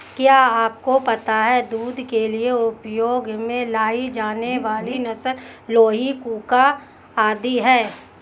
क्या आपको पता है दूध के लिए उपयोग में लाई जाने वाली नस्ल लोही, कूका आदि है?